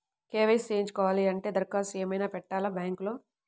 KYC చేయించుకోవాలి అంటే దరఖాస్తు ఏమయినా పెట్టాలా బ్యాంకులో?